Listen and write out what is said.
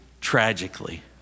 tragically